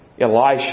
Elisha